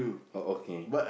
oh okay